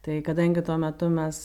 tai kadangi tuo metu mes